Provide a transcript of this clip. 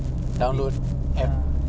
tapi ya